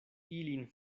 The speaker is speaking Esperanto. ilin